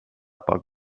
poc